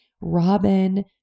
Robin